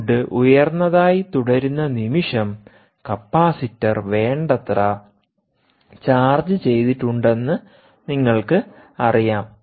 P good ഉയർന്നതായി തുടരുന്ന നിമിഷംകപ്പാസിറ്റർ വേണ്ടത്ര ചാർജ്ജ് ചെയ്തിട്ടുണ്ടെന്ന് നിങ്ങൾക്കറിയാം